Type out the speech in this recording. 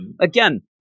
Again